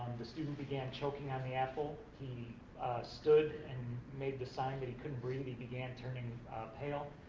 the student began choking on the apple. he stood and made the sign that he couldn't breathe, he began turning pale,